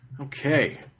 Okay